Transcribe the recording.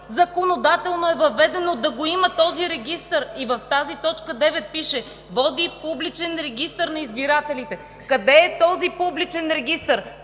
законодателно е въведено да го има този регистър. И в тази т. 9 пише: „води публичен регистър на избирателите“. Къде е този публичен регистър?